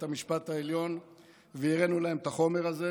המשפט העליון והראינו להם את החומר הזה,